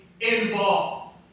involved